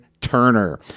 Turner